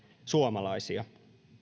suomalaisia